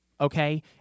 okay